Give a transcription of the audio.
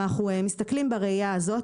אם אנחנו מסתכלים בראייה הזו.